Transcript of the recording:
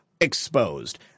exposed